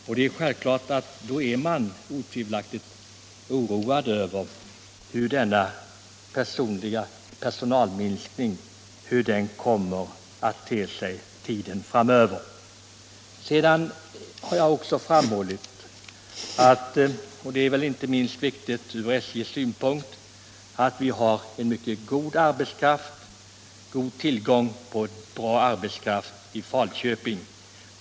Då är man självfallet oroad och frågar sig hur denna personalminskning kommer att te sig framöver. Jag har också framhållit — och det är väl inte minst viktigt ur SJ:s synpunkt — att vi har god tillgång på bra arbetskraft i Falköping.